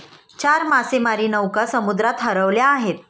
चार मासेमारी नौका समुद्रात हरवल्या आहेत